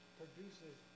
produces